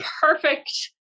perfect